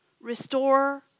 restore